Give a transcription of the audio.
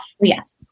Yes